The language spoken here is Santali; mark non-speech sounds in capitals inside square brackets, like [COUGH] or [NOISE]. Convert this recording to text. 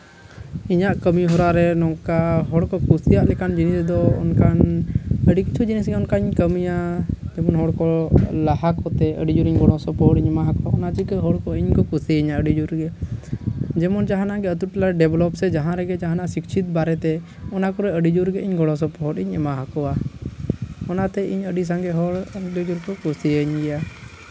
ᱤᱧᱟᱹᱜ ᱠᱟᱹᱢᱤ ᱦᱚᱨᱟ ᱨᱮ ᱦᱚᱲ ᱠᱚ ᱠᱩᱥᱤᱭᱟᱜ ᱞᱮᱠᱟᱱ ᱡᱤᱱᱤᱥ ᱫᱚ ᱚᱱᱠᱟᱱ ᱟᱹᱰᱤ ᱠᱤᱪᱷᱩ ᱡᱤᱱᱤᱥ ᱜᱮ ᱚᱱᱠᱟᱧ ᱠᱟᱹᱢᱤᱭᱟ [UNINTELLIGIBLE] ᱟᱹᱰᱤ ᱡᱳᱨ ᱜᱚᱲᱚ ᱥᱚᱯᱚᱦᱚᱫ ᱤᱧ ᱮᱢᱟᱠᱚ ᱠᱟᱱᱟ ᱟᱹᱰᱤ ᱦᱚᱲᱠᱚ ᱤᱧ ᱠᱚ ᱠᱩᱥᱤᱭᱟᱹᱧᱟ ᱟᱹᱰᱤ ᱡᱳᱨ ᱜᱮ ᱡᱮᱢᱚᱱ ᱡᱟᱦᱟᱱᱟᱜ ᱜᱮ ᱟᱹᱛᱩᱴᱚᱞᱟ ᱰᱮᱵᱷᱞᱚᱯ ᱥᱮ ᱡᱟᱦᱟᱸ ᱨᱮᱜᱮ ᱡᱟᱦᱟᱱᱟᱜ ᱥᱤᱪᱪᱷᱤᱛ ᱵᱟᱨᱮᱛᱮ ᱚᱱᱟ ᱠᱚᱨᱮ ᱟᱹᱰᱤ ᱡᱳᱨᱜᱮ ᱜᱚᱲᱚ ᱥᱚᱯᱚᱦᱚᱫ ᱤᱧ ᱮᱢᱟ ᱠᱚᱣᱟ ᱚᱱᱟ ᱛᱮ ᱤᱧ ᱟᱹᱰᱤ ᱥᱟᱸᱜᱮ ᱦᱚᱲ ᱤᱧ ᱵᱮᱹᱥᱤ ᱠᱚ ᱠᱩᱥᱤᱭᱟᱹᱧ ᱜᱮᱭᱟ